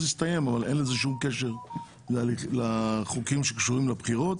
אז יסתיים אבל אין לזה כל קשר לחוקים שקשורים לבחירות.